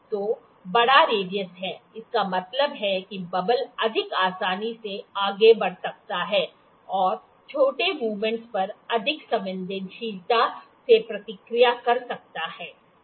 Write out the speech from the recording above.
तो बड़ा रेडियस है इसका मतलब है कि बबल अधिक आसानी से आगे बढ़ सकता है और छोटे मूवमेंटस पर अधिक संवेदनशीलता से प्रतिक्रिया कर सकता है